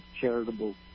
charitable